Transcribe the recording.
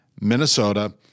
Minnesota